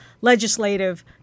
legislative